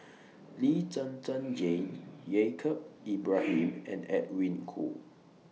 Lee Zhen Zhen Jane Yaacob Ibrahim and Edwin Koo